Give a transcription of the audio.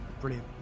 Brilliant